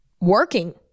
working